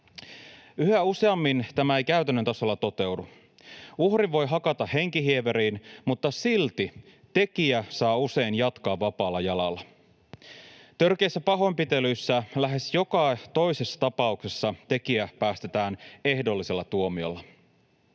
Yhä useammin tämä ei käytännön tasolla toteudu. Uhrin voi hakata henkihieveriin, mutta silti tekijä saa usein jatkaa vapaalla jalalla. Törkeissä pahoinpitelyissä lähes joka toisessa tapauksessa tekijä päästetään ehdollisella tuomiolla.